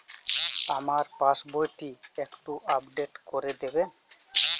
আমার পাসবই টি একটু আপডেট করে দেবেন?